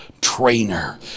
trainer